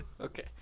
okay